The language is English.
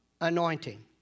anointing